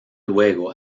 luego